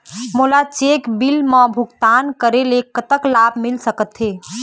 मोला cheque bill मा भुगतान करेले कतक लाभ मिल सकथे?